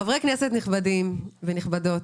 חברי כנסת נכבדים ונכבדות,